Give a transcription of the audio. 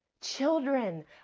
Children